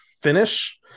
finish